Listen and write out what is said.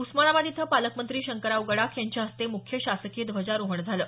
उस्मानाबाद इथं पालकमंत्री शंकरराव गडाख यांच्या हस्ते मुख्य शासकीय ध्वजारोहण झालं